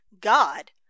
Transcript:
god